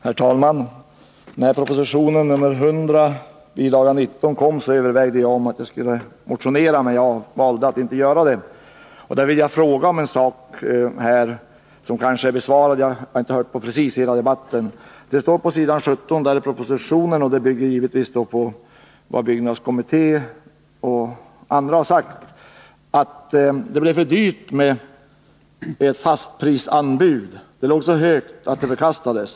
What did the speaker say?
Herr talman! När proposition nr 100, bilaga 19, kom övervägde jag om jag skulle motionera men valde att inte göra det. Jag vill emellertid fråga om en sak. Kanske har det redan nämnts — jag har inte hört hela debatten. Saken behandlas på s. 17 i propositionen, och det hela bygger naturligtvis på vad byggnadskommittén och andra har uttalat. Det står att fastprisanbuden låg på en så hög kostnadsnivå att de förkastades.